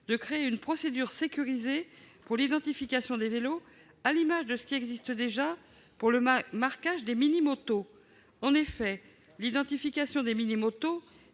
de créer une procédure sécurisée pour l'identification des vélos, à l'image de ce qui existe déjà pour le marquage des mini-motos. En effet, l'identification de ces